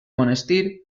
monestir